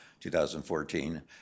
2014